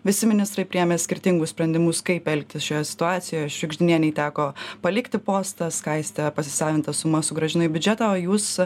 visi ministrai priėmė skirtingus sprendimus kaip elgtis šioje situacijoje šiugždinienei teko palikti postą skaistė pasisavintą sumą sugrąžino į biudžetą o jūs